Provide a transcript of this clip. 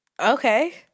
Okay